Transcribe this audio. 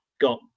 got